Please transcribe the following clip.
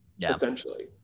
essentially